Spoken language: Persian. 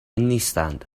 نیستند